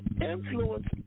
influence